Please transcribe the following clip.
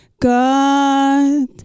God